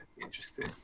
Interesting